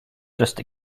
just